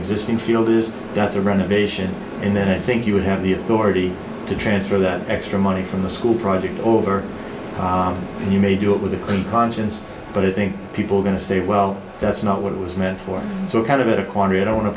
existing field is that's a renovation and then i think you would have the authority to transfer that extra money from the school project over and you may do it with a clean conscience but it may people are going to say well that's not what it was meant for so kind of a quandary i don't want to